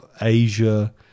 Asia